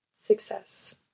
success